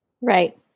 right